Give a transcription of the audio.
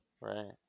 Right